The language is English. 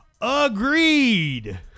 Agreed